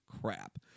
crap